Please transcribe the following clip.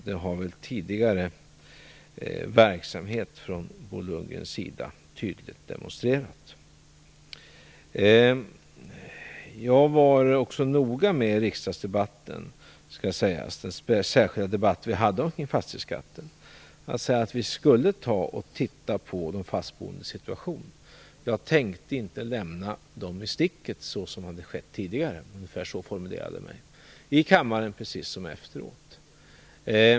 Det har väl tidigare verksamhet från Bo Lundgrens sida tydligt demonstrerat. I riksdagsdebatten - den särskilda debatt vi hade om fastighetsskatten - var jag också noga med säga att vi skulle titta på de fastboendes situation. Jag tänkte inte lämna dem i sticket så som hade skett tidigare. Ungefär så formulerade jag mig i kammaren, precis som efteråt.